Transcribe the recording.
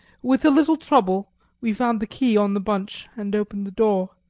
with a little trouble we found the key on the bunch and opened the door.